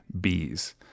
bees